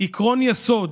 עקרון יסוד,